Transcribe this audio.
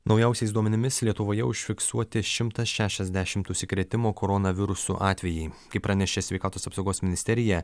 naujausiais duomenimis lietuvoje užfiksuoti šimtas šešiasdešimt užsikrėtimo koronavirusu atvejai kaip pranešė sveikatos apsaugos ministerija